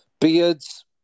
Beards